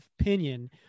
opinion